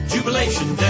Jubilation